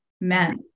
Men